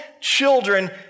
children